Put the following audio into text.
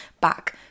back